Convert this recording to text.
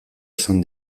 esan